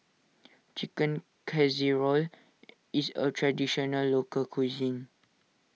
Chicken Casserole is a Traditional Local Cuisine